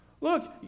Look